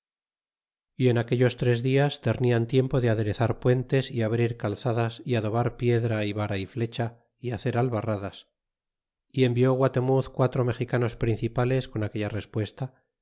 paces yen aquellos tres dias temían tiempo de aderezar puentes y abrir calzadas y adobar piedra y vara y flecha y hacer albarradas y envió guatemuz quatro mexicanos principales con aquella respuesta